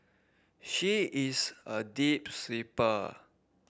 she is a deep sleeper